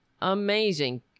amazing